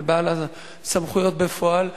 אבל בעל הסמכויות בפועל,